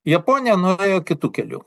japonija nuėjo kitu keliu